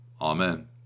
Amen